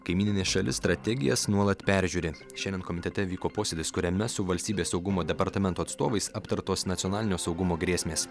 kaimyninė šalis strategijas nuolat peržiūri šiandien komitete vyko posėdis kuriame su valstybės saugumo departamento atstovais aptartos nacionalinio saugumo grėsmės